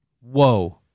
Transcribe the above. Whoa